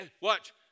watch